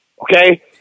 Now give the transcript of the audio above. Okay